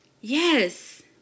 yes